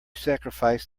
sacrifice